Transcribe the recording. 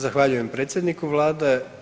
Zahvaljujem predsjedniku Vlade.